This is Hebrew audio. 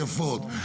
יפות,